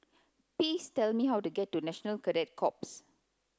please tell me how to get to National Cadet Corps